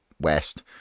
west